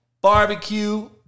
barbecue